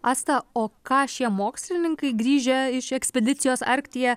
asta o ką šie mokslininkai grįžę iš ekspedicijos arktyje